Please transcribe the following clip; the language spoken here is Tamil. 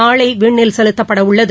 நாளை விண்ணில் செலுத்தப்படவுள்ளது